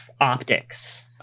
optics